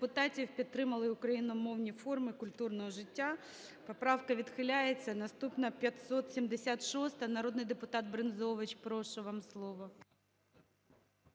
депутатів підтримали україномовні форми культурного життя. Поправка відхиляється. Наступна – 576-а. Народний депутатБрензович. Прошу, вам слово.